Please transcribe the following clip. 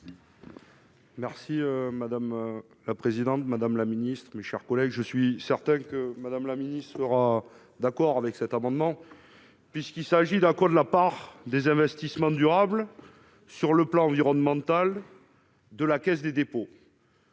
Merci madame la présidente, Madame la Ministre, mes chers collègues, je suis certain que Madame la Ministre, sera d'accord avec cet amendement, puisqu'il s'agit d'un cours de la part des investissements durables sur le plan environnemental de la Caisse des dépôts.